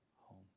home